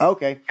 Okay